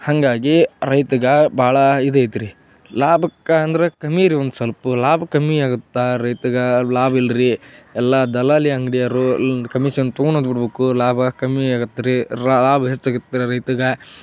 ಹಾಗಾಗಿ ರೈತಗೆ ಬಹಳ ಇದು ಐತ್ರಿ ಲಾಭಕ್ಕೆ ಅಂದ್ರೆ ಕಮ್ಮಿ ರಿ ಒಂದು ಸಲ್ಪ ಲಾಭ ಕಮ್ಮಿ ಆಗುತ್ತೆ ರೈತಗೆ ಲಾಭ ಇಲ್ಲ ರಿ ಎಲ್ಲ ದಲಾಲಿ ಅಂಗ್ಡಿಯವರು ಕಮಿಷನ್ ತೊಗೊಳೋದ್ ಬಿಡಬೇಕು ಲಾಭ ಕಮ್ಮಿ ಆಗುತ್ರೀ ರ ಲಾಭ ಹೆಚ್ಚಾಗುತ್ತೆ ರೈತಗೆ